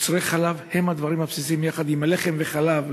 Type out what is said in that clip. מוצרי חלב הם הדברים הבסיסיים יחד עם הלחם והחלב,